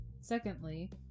Secondly